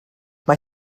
mae